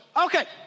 Okay